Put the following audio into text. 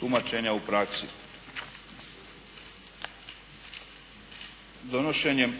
tumačenja u praksi. Donošenjem